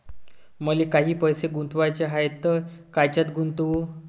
मले काही पैसे गुंतवाचे हाय तर कायच्यात गुंतवू?